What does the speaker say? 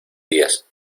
días